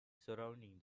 surrounding